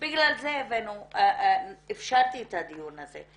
בגלל זה אפשרתי את ה דיון הזה,